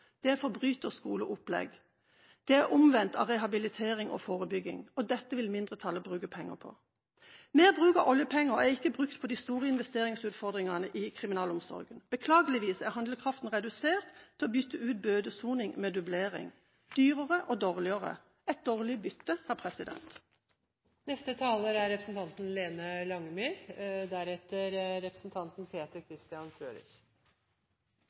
Det er et forbryterskole-opplegg. Det er det omvendte av rehabilitering og forebygging, og dette vil mindretallet bruke penger på. Mer oljepenger er ikke brukt på de store investeringsutfordringene i kriminalomsorgen. Beklageligvis er handlekraften redusert til å bytte ut bøtesoning med dublering. Det er dyrere og dårligere og et dårlig bytte.